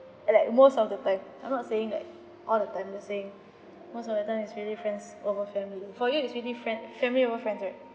like most of the time I'm not saying like all the time just saying most of the time is really friends over family for you is really friend family over friends right